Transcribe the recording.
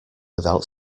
without